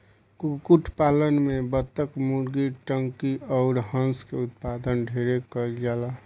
कुक्कुट पालन में बतक, मुर्गी, टर्की अउर हंस के उत्पादन ढेरे कईल जाला